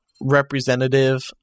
representative